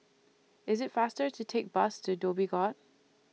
IT IS faster to Take Bus to Dhoby Ghaut